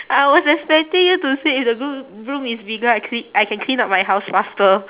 I was expecting you to say if the broo~ broom is bigger I clea~ I can clean up my house faster